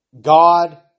God